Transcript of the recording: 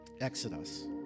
Exodus